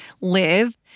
live